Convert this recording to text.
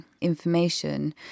information